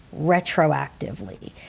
retroactively